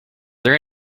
there